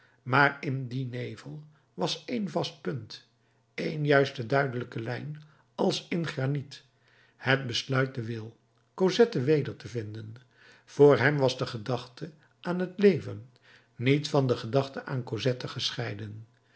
maar in dien nevel was één vast punt één juiste duidelijke lijn als in graniet het besluit den wil cosette weder te vinden voor hem was de gedachte aan t leven niet van de gedachte aan cosette gescheiden